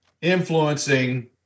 influencing